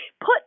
put